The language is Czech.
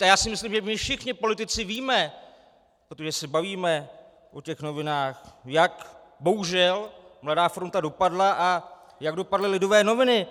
A já si myslím, že my všichni politici víme, protože se bavíme o novinách, jak bohužel Mladá fronta dopadla a jak dopadly Lidové noviny.